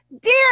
dear